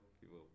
people